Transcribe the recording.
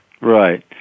Right